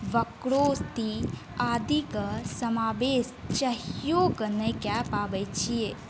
वक्रोती आदिके समावेश चाहिओके नहि कऽ पाबै छिए